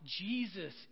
Jesus